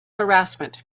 harassment